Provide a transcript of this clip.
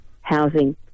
housing